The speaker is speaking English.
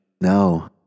no